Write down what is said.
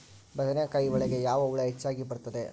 ಬದನೆಕಾಯಿ ಒಳಗೆ ಯಾವ ಹುಳ ಹೆಚ್ಚಾಗಿ ಬರುತ್ತದೆ?